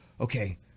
okay